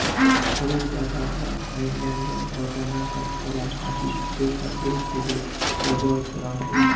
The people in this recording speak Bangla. খড়ের গাদা বা অইন্যান্য লতানা গাছপালা কাটি গোখাদ্য হিছেবে ব্যবহার করাং হই